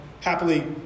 happily